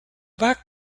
back